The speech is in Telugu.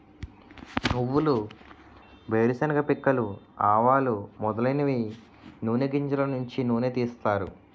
నువ్వులు వేరుశెనగ పిక్కలు ఆవాలు మొదలైనవి నూని గింజలు నుంచి నూనె తీస్తారు